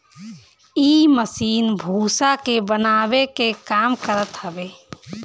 इ मशीन भूसा भी बनावे के काम करत हवे